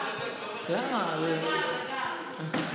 (אומר בערבית ומתרגם:)